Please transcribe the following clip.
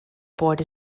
board